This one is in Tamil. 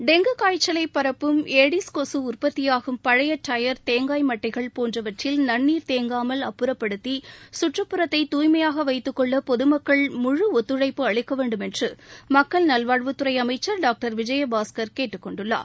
டெங்கு காய்ச்சலை பரப்பும் ஏடிஸ் கொசு உற்பத்தியாகும் பழைய டயர் தேங்காய் மட்டைகள் போன்றவற்றில் நன்னீர் தேங்காமல் அப்புறப்படுத்தி கற்றுப்புறத்தை தூய்மையாக வைத்துக்கொள்ள பொது மக்கள் முழு ஒத்துழைப்பு அளிக்க வேண்டும் என்று மக்கள் நல்வாழ்வுத் துறை அமைச்சர் டாக்டர் விஜயபாஸ்கர் கேட்டுக்கொண்டுள்ளார்